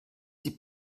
die